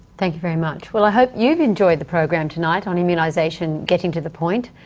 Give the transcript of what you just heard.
thank you very much. well, i hope you've enjoyed the program tonight on immunisation getting to the point.